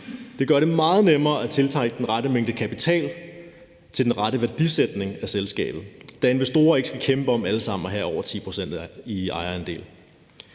Det gør det meget nemmere at tiltrække den rette mængde kapital til den rette værdisætning af selskabet, da investorer ikke skal kæmpe om alle sammen at have over 10 pct. i ejerandel.